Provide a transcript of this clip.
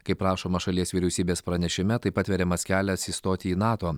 kaip rašoma šalies vyriausybės pranešime taip atveriamas kelias įstoti į nato